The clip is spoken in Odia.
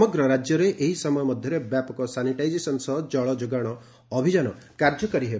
ସମଗ୍ର ରାଜ୍ୟରେ ଏହି ସମୟ ମଧ୍ୟରେ ବ୍ୟାପକ ସାନିଟାଇଜେସନ୍ ସହ ଜଳ ଯୋଗାଣ ଅଭିଯାନ କାର୍ଯ୍ୟକାରୀ ହେବ